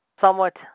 somewhat